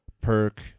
Perk